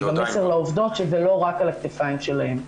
וזה גם מסר לעובדות שזה לא רק על הכתפיים שלהן.